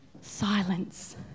silence